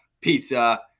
pizza